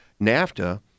NAFTA